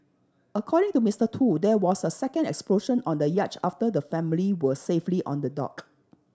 according to Mister Tu there was a second explosion on the yacht after the family were safely on the dock